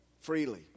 freely